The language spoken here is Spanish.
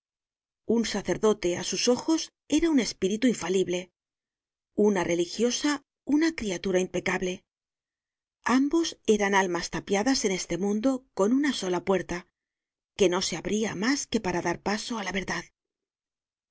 un sacerdote á sus ojos era un espíritu infalible una religiosa una criatura impecable ambos eran almas tapiadas en este mundo con una sola puerta que no se abria mas que para dar paso á la verdad